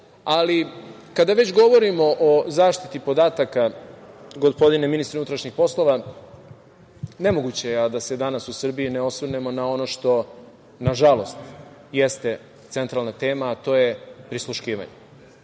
ga. Kada već govorimo o zaštititi podataka, gospodine ministre unutrašnjih poslova, nemoguće je da se danas u Srbiji ne osvrnemo na ono što, nažalost, jeste centralna tema, a to je prisluškivanje,